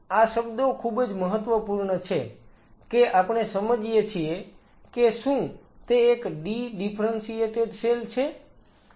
આ શબ્દો ખૂબ જ મહત્વપૂર્ણ છે કે આપણે સમજીએ છીએ કે શું તે એક ડી ડિફરન્સિએટેડ સેલ છે